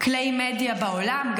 בכלי מדיה בעולם,